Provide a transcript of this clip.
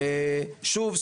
שוב,